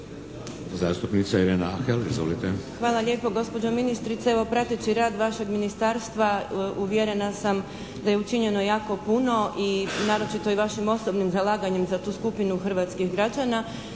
Hvala lijepo gospođo ministrice. Evo prateći rad vašeg ministarstva uvjerena sam da je učinjeno jako puno i naročito i vašim osobnim zalaganjem za tu skupinu hrvatskih građana.